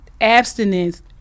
abstinence